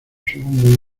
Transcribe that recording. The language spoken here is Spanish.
segundo